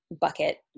bucket